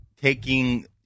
taking